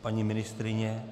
Paní ministryně?